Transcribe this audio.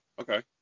Okay